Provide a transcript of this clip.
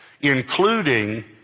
including